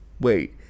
Wait